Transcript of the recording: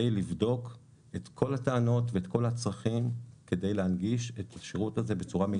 לבדוק את כל הטענות ואת כל הצרכים כדי להנגיש את השירות הזה בצורה מיטבית.